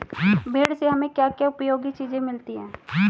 भेड़ से हमें क्या क्या उपयोगी चीजें मिलती हैं?